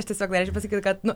aš tiesiog norėčiau pasakyt kad nu